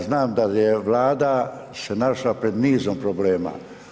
Znam da je Vlada se našla pred nizom problema.